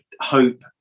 hope